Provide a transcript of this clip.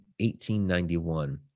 1891